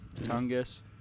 Tungus